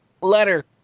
Letter